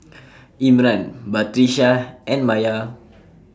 Imran Batrisya and Maya